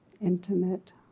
Intimate